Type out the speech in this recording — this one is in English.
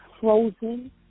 frozen